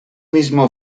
mismo